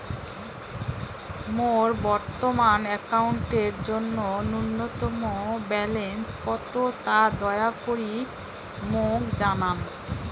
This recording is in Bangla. মোর বর্তমান অ্যাকাউন্টের জন্য ন্যূনতম ব্যালেন্স কত তা দয়া করি মোক জানান